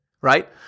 right